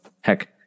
heck